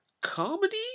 comedy